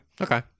Okay